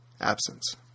absence